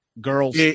Girls